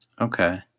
Okay